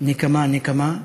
"נקמה נקמה".